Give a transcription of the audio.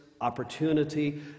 opportunity